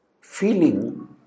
feeling